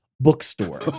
bookstore